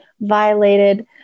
violated